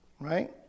Right